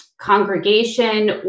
congregation